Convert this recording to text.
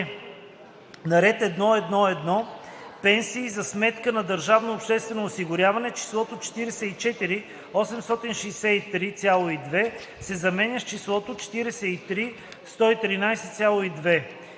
На ред „1.1.1. Пенсии за сметка на държавното обществено осигуряване” числото „44 863,2” се заменя с числото „43 113,2”.